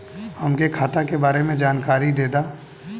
हमके खाता के बारे में जानकारी देदा?